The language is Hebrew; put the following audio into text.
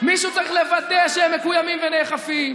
מישהו צריך לוודא שהם מקוימים ונאכפים.